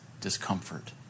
discomfort